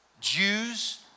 Jews